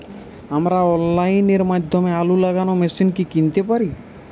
আমরা অনলাইনের মাধ্যমে আলু লাগানো মেশিন কি কিনতে পারি?